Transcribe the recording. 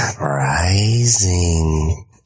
rising